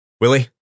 Willie